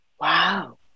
wow